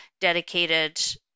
dedicated